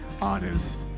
honest